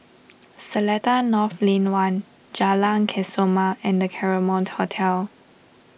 Seletar North Lane one Jalan Kesoma and the Claremont Hotel